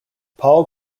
paul